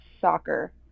soccer